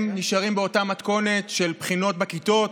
הם נשארים באותה מתכונת של בחינות בכיתות,